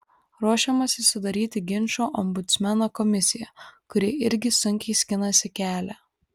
ruošiamasi sudaryti ginčų ombudsmeno komisiją kuri irgi sunkiai skinasi kelią